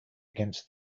against